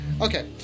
Okay